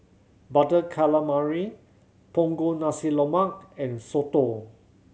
Butter Calamari Punggol Nasi Lemak and soto